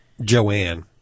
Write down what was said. Joanne